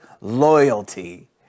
loyalty